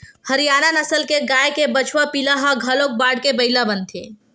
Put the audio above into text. हरियाना नसल के गाय के बछवा पिला ह घलोक बाड़के बइला बनथे